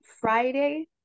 Friday